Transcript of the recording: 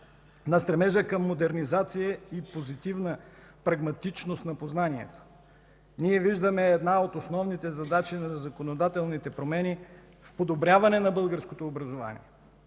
на стремежа към модернизация и позитивна прагматичност на познанията. Ние виждаме една от основните задачи на законодателните промени в подобряване на българското образование,